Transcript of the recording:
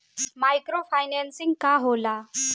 Micro financing का होला?